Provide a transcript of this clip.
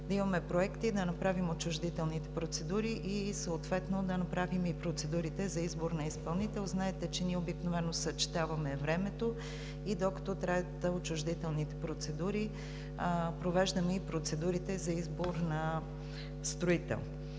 да имаме проект и да направим отчуждителните процедури и съответно да направим процедурите за избор на изпълнител. Знаете, че ние обикновено съчетаваме времето и докато траят отчуждителните процедури, провеждаме и процедурите за избор на строител.